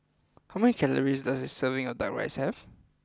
how many calories does a serving of Duck Rice have